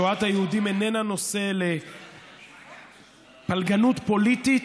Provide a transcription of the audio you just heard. שואת היהודים איננה נושא לפלגנות פוליטית,